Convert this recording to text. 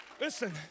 Listen